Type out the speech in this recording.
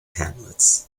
hamlets